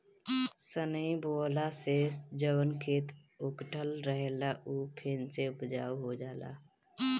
सनई बोअला से जवन खेत उकठल रहेला उ फेन से उपजाऊ हो जाला